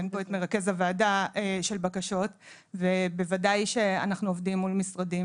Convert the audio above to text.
אין פה את מרכז הוועדה של בקשות ובוודאי שאנחנו עובדים מול משרדים